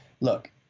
look